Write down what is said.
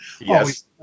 Yes